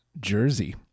Jersey